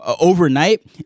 overnight